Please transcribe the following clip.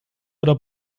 oder